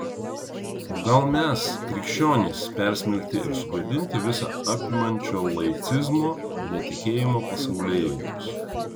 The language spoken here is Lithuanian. o gal mes krikščionys persmelkti ir sugadinti visa apimančio laicizmo netikėjimo pasaulėjautos